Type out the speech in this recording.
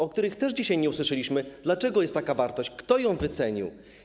O tym też dzisiaj nie usłyszeliśmy, dlaczego jest taka wartość, kto ją wycenił.